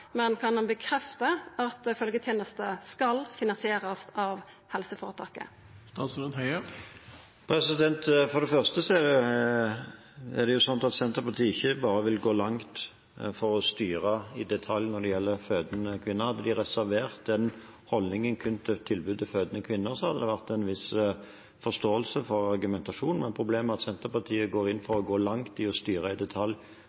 men kan han bekrefta at følgjetenesta skal finansierast av helseføretaket? For det første er det sånn at Senterpartiet ikke bare vil gå langt for å styre i detalj når det gjelder fødende kvinner. Hadde de reservert den holdningen kun til tilbudet til fødende kvinner, hadde det vært en viss forståelse for argumentasjonen, men problemet er at Senterpartiet går inn for å gå langt i å styre i detalj